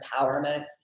empowerment